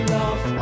love